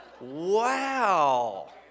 wow